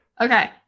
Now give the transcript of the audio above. Okay